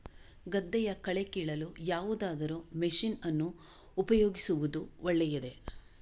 ಗದ್ದೆಯ ಕಳೆ ಕೀಳಲು ಯಾವುದಾದರೂ ಮಷೀನ್ ಅನ್ನು ಉಪಯೋಗಿಸುವುದು ಒಳ್ಳೆಯದೇ?